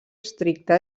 estricta